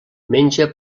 menja